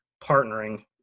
partnering